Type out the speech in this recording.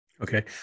Okay